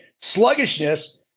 sluggishness